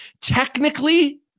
technically